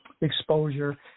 exposure